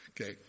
Okay